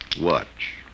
Watch